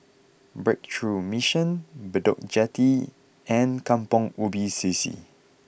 Breakthrough Mission Bedok Jetty and Kampong Ubi C C